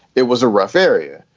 it was a rough area.